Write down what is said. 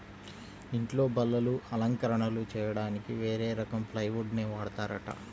ఇంట్లో బల్లలు, అలంకరణలు చెయ్యడానికి వేరే రకం ప్లైవుడ్ నే వాడతారంట